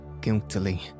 guiltily